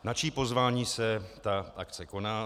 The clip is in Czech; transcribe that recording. Na čí pozvání se akce koná?